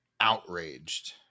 outraged